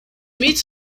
meets